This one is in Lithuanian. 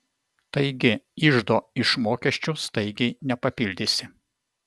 taigi iždo iš mokesčių staigiai nepapildysi